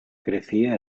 crecía